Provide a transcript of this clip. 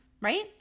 right